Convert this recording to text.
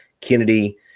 Kennedy